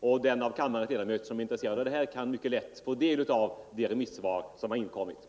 De av riksdagens ledamöter som är intresserade av det här kan mycket lätt få del av de remissvar som har inkommit.